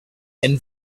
and